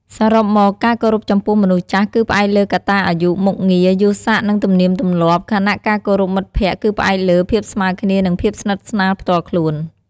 សរុបមក ការគោរពចំពោះមនុស្សចាស់គឺផ្អែកលើ កត្តាអាយុ មុខងារ, យសស័ក្តិ និង ទំនៀមទម្លាប់ ខណៈការគោរពមិត្តភក្តិគឺផ្អែកលើ ភាពស្មើគ្នា និង ភាពស្និទ្ធស្នាលផ្ទាល់ខ្លួន។